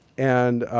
and